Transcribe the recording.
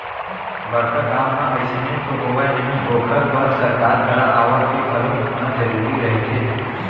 बड़का काम ह अइसने तो होवय नही ओखर बर सरकार करा आवक के घलोक होना जरुरी रहिथे